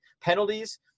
Penalties